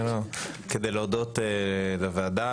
-- כדי להודות לוועדה,